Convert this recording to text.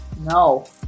No